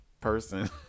person